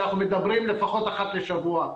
שאנחנו מדברים לפחות אחת לשבוע.